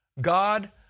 God